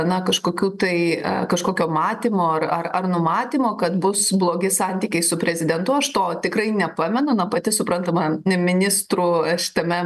na kažkokių tai kažkokio matymo ar ar ar numatymo kad bus blogi santykiai su prezidentu aš to tikrai nepamenu na pati suprantama ministrų šitame